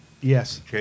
Yes